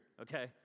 okay